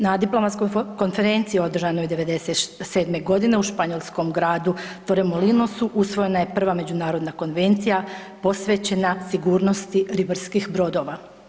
Na diplomatskoj konferenciji održanoj 1997. godine u španjolskom gradu Torremolinosu usvojena je prva Međunarodna konvencija posvećena sigurnosti ribarskih brodova.